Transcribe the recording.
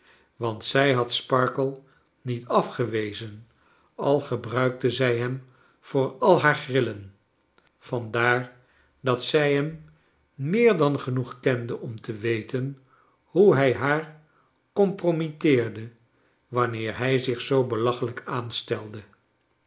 want zij had sparkler niet afgewezen al gebruikte zij hem voor al haar grillen vandaar dat zij hem meer dan genoeg kende om te weten hoe hij haar compromitteerde wanneer hij zich zoo oelachelijk aanstelde